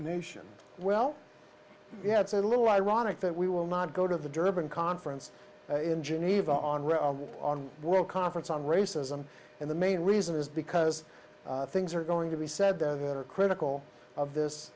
nation well yeah it's a little ironic that we will not go to the durban conference in geneva on on world conference on racism in the main reason is because things are going to be said that are critical of this